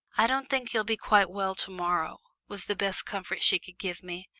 i don't think you'll be quite well to-morrow, was the best comfort she could give me.